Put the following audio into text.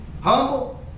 humble